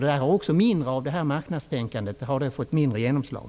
Där har också marknadstänkandet fått mindre genomslag.